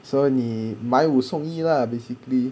so 你买五送一 lah basically